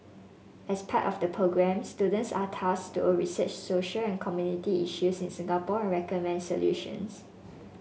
as part of the programme students are tasked to research social and community issues in Singapore and recommend solutions